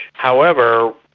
however,